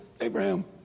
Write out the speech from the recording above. Abraham